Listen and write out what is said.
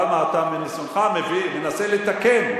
כמה אתה מניסיונך מנסה לתקן,